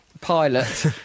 pilot